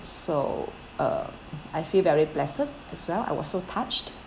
so uh I feel very blessed as well I was so touched